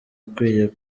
ukwiye